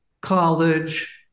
college